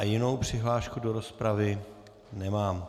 Jinou přihlášku do rozpravy nemám.